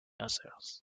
others